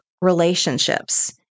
relationships